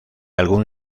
algún